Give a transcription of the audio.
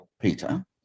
peter